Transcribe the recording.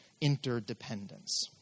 interdependence